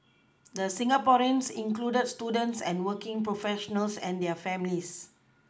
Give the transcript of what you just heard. the Singaporeans included students and working professionals and their families